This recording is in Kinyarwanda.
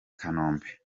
kanombe